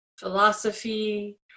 philosophy